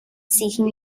seeking